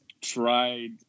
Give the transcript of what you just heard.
tried